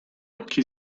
occhi